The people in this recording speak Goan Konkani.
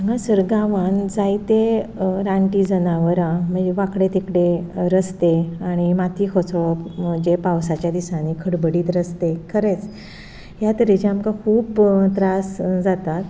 हांगासर गांवांन जायते रानटी जनवरां म्हणजे वांकडे तिकडे रस्ते आनी माती खोचोप जे पावसाच्या दिसांनी खडबडीत रस्ते खरेंच ह्या तरेचें आमकां खूब त्रास जातात